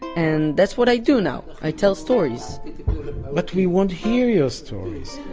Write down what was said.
and that's what i do now. i tell stories but we won't hear your stories,